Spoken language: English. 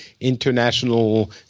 international